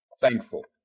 thankful